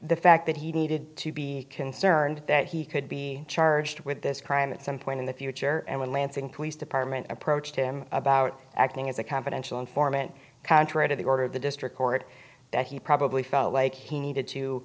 the fact that he needed to be concerned that he could be charged with this crime at some point in the future and lansing police department approached him about acting as a confidential informant contrary to the order of the district court that he probably felt like he needed to